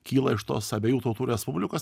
kyla iš tos abiejų tautų respublikos